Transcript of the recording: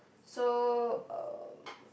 so um